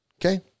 Okay